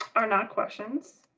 are not questions.